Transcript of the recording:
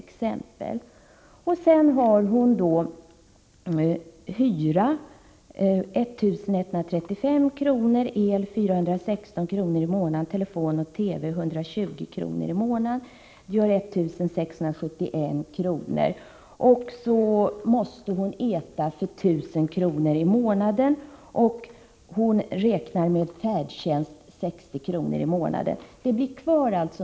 Hon har utgifter för hyra på 1 135 kr. och för el på 416 kr. och för telefon och TV på 120 kr. Det blir 1 671 kr. Vidare måste hon äta för 1 000 kr., och hon räknar med 60 kr. för färdtjänst.